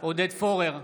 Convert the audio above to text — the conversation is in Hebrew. עודד פורר,